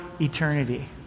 eternity